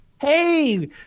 hey